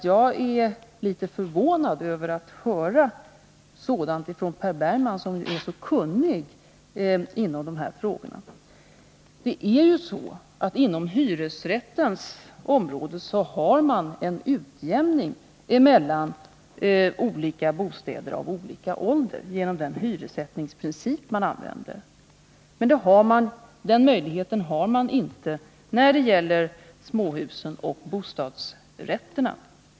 Jag är litet förvånad över att höra detta från Per Bergman, som är så kunnig på det här området. Det är ju så att inom hyresrättens område har man en utjämning mellan olika bostäder av olika ålder genom den hyressättningsprincip som används. Den möjligheten har man inte när det gäller småhusen och bostadsrätterna.